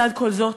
לצד כל זאת,